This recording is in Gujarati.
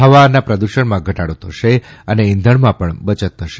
હવા પ્રદુષણમાં ઘટાડી થશે અને છંધણમાં પણ બયત થશે